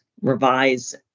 revise